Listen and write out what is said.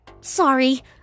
Sorry